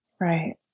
right